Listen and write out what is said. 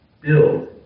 build